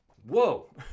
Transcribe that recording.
Whoa